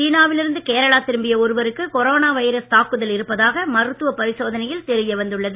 சீனா வில் இருந்து கேரளா திரும்பிய ஒருவருக்கு கொரோனா வைரஸ் தாக்குதல் இருப்பதாக மருத்துவ பரிசோதனையில் தெரிய வந்துள்ளது